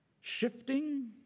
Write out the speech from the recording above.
shifting